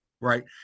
Right